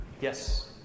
Yes